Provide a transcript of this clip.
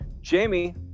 Jamie